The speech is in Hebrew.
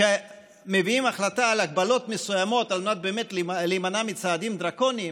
וכשמביאים החלטה על הגבלות מסוימות על מנת באמת להימנע מצעדים דרקוניים,